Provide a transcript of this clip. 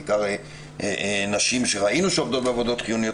בעיקר נשים שעובדות בעבודות חיוניות,